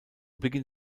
beginn